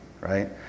right